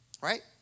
Right